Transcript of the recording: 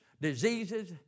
diseases